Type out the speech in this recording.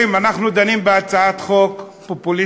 חברים, אנחנו דנים בהצעת חוק פופוליסטית,